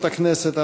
חברות הכנסת,